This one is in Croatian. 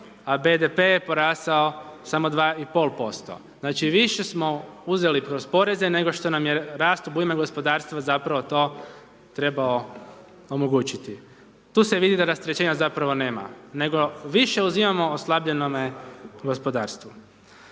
a BDP je porasao samo 2,5%. Znači, više smo uzeli kroz poreze nego što nam je rast obujma gospodarstva zapravo to trebao omogućiti. Tu se vidi da rasterećenja zapravo nema, nego više uzimamo oslabljenome gospodarstvu.